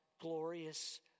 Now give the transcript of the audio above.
glorious